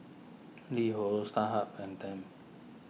LiHo Starhub and Tempt